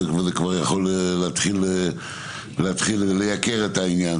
וזה כבר יכול להתחיל לייקר את העניין.